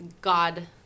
God